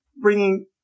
bringing